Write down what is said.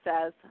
says